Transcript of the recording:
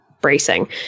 bracing